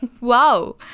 Wow